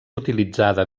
utilitzada